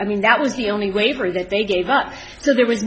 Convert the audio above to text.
i mean that was the only waiver that they gave up because there was